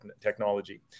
technology